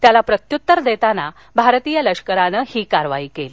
त्याला प्रत्यूत्तर देताना भारतीय लष्करानं ही कारवाई केली